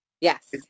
Yes